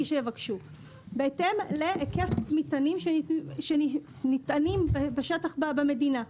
שיבקשו בהתאם להיקף מטענים שנטענים בשטח במדינה,